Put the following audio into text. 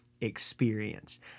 experience